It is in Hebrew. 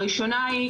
הראשונה היא,